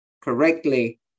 correctly